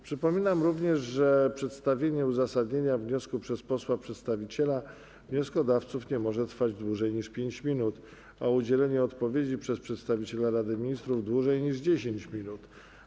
Przypominam również, że przedstawienie uzasadnienia wniosku przez posła przedstawiciela wnioskodawców nie może trwać dłużej niż 5 minut, a udzielenie odpowiedzi przez przedstawiciela Rady Ministrów - dłużej niż 10 minut.